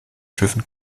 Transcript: schiffen